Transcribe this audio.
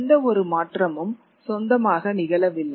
எந்த ஒரு மாற்றமும் சொந்தமாக நிகழவில்லை